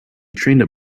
trained